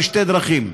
בשתי דרכים: